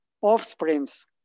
offsprings